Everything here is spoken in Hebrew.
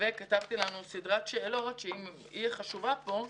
כתבתי לנו סדרת שאלות, שהיא החשובה פה.